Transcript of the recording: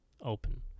open